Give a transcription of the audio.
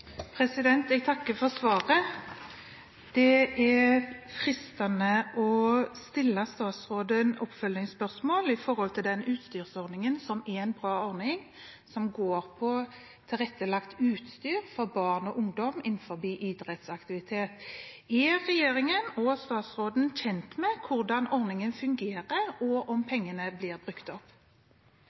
Jeg takker for svaret. Det er fristende å stille statsråden oppfølgingsspørsmål om den utstyrsordningen – som er en bra ordning – som går på tilrettelagt utstyr for barn og ungdom innenfor idrettsaktivitet. Er regjeringen og statsråden kjent med hvordan ordningen fungerer, og om pengene blir brukt opp?